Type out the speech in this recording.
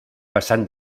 passant